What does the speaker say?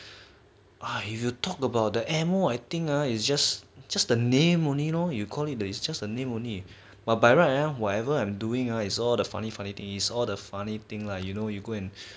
if you talk about the ammo I think is just just a name only lor you call it uh is just a name only but by right ah whatever I'm doing ah is all the funny funny to things all the funny thing lah you know you go and